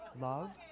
love